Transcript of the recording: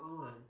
on